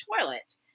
toilet